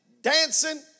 dancing